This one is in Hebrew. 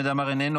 איננה,